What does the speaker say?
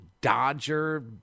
Dodger